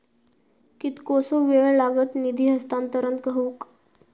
कितकोसो वेळ लागत निधी हस्तांतरण हौक?